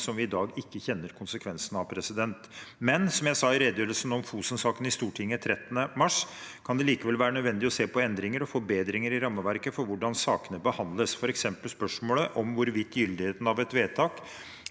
som vi i dag ikke kjenner konsekvensene av. Som jeg sa i redegjørelsen om Fosen-saken i Stortinget 13. mars, kan det likevel være nødvendig å se på endringer og forbedringer i rammeverket for hvordan sakene behandles, f.eks. spørsmålet om hvorvidt gyldigheten av et vedtak